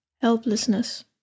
helplessness